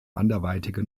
anderweitige